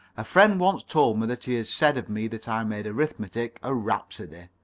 a friend once told me that he had said of me that i made arithmetic a rhapsody.